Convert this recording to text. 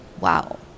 wow